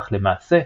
אך למעשה,